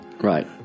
right